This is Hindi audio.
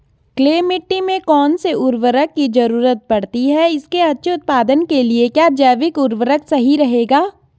क्ले मिट्टी में कौन से उर्वरक की जरूरत पड़ती है इसके अच्छे उत्पादन के लिए क्या जैविक उर्वरक सही रहेगा?